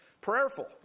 Prayerful